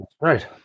Right